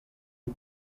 you